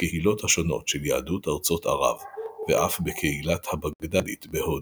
בקהילות השונות של יהדות ארצות ערב ואף בקהילת הבגדאדית בהודו.